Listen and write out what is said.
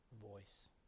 voice